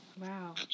Wow